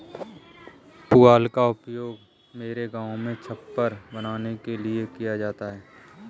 पुआल का उपयोग मेरे गांव में छप्पर बनाने के लिए किया जाता है